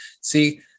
See